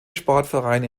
sportvereine